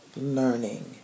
learning